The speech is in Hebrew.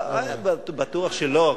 בטוח שלא.